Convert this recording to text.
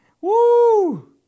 Woo